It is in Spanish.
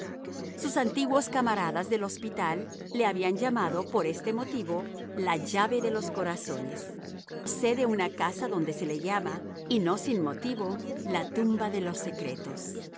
sus antiguos camaradas del hospital le habían llamado por este motivo la llave de los corazones yo sé de una casa donde se le llama y no sin motivo la tumba de los secretos